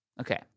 Okay